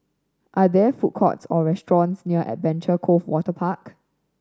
are there food courts or restaurants near Adventure Cove Waterpark